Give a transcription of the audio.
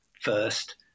first